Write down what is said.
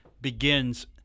begins